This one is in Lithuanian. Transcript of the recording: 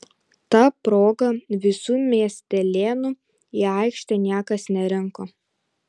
ta proga visų miestelėnų į aikštę niekas nerinko